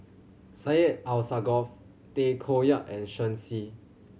Syed Alsagoff Tay Koh Yat and Shen Xi